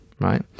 right